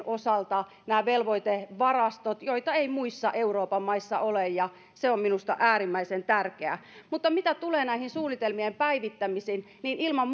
osalta nämä velvoitevarastot joita ei muissa euroopan maissa ole ja se on minusta äärimmäisen tärkeää mutta mitä tulee tähän suunnitelmien päivittämiseen niin ilman